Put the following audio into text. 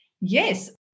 Yes